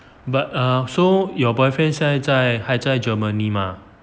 but uh so your boyfriend 现在在还在 germany mah